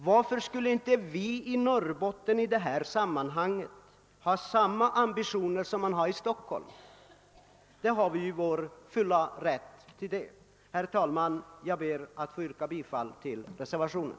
Varför skulle inte vi i Norrbotten i detta sammanhang ha samma ambitioner som man har i Stockholm? Vi är i vår fulla rätt att ha det. Herr talman! Jag ber att få yrka bifall till reservationen.